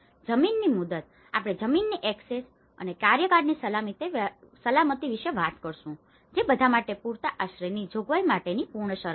જમીનની મુદત આપણે જમીનની એક્સેસ અને કાર્યકાળની સલામતી વિશે વાત કરીશું જે બધા માટે પૂરતા આશ્રયની જોગવાઈ માટેની પૂર્વશરત છે